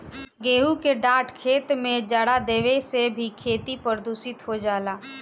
गेंहू के डाँठ खेत में जरा देवे से भी खेती प्रदूषित हो जाला